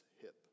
hip